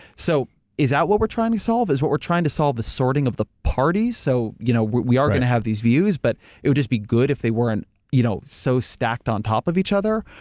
so is that what we're trying to solve? is what we're trying to solve the sorting of the party? so you know we are gonna have these views, but it would just be good if they weren't you know so stacked on top of each other?